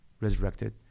resurrected